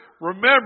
remember